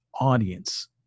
audience